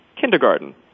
kindergarten